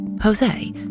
Jose